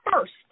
first